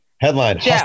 Headline